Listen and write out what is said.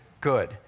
Good